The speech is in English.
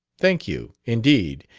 thank you, indeed.